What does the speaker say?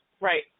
Right